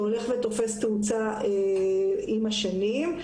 הולך ותופס תאוצה עם השנים.